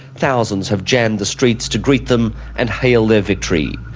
thousands have jammed the streets to greet them and hail their victory.